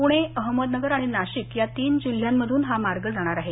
पुणे अहमदनगर आणि नाशिक या तीन जिल्ह्यांमधून हा मार्ग जाणार आहे